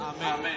Amen